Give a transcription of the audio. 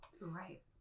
Right